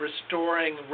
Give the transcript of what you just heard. restoring